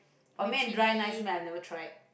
Ban-Mian dry nice meh I never tried